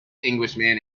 englishman